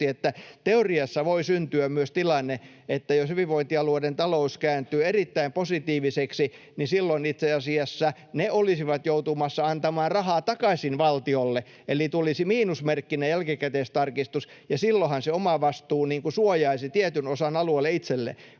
että teoriassa voi syntyä myös tilanne, että jos hyvinvointialueiden talous kääntyy erittäin positiiviseksi, niin silloin itse asiassa ne olisivat joutumassa antamaan rahaa takaisin valtiolle, eli tulisi miinusmerkkinen jälkikäteistarkistus. Silloinhan se omavastuu suojaisi tietyn osan alueille itselleen.